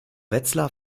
wetzlar